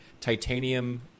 titanium